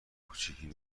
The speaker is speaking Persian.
کوچیکی